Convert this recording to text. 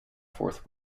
fourth